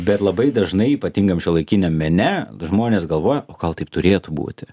bet labai dažnai ypatingam šiuolaikiniam mene žmonės galvoja o gal taip turėtų būti